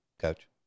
coach